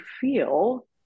feel